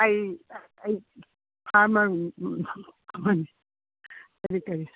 ꯑꯩ ꯐꯥꯔꯃꯔ ꯑꯃꯅꯤ ꯀꯔꯤ ꯀꯔꯤ